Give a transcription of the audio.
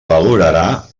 valorarà